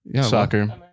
Soccer